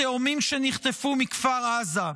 התאומים שנחטפו מכפר עזה,